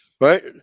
right